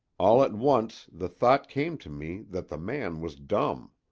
all at once the thought came to me that the man was dumb.